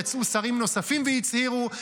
יצאו שרים נוספים והצהירו,